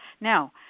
now